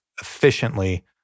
efficiently